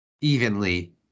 evenly